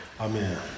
Amen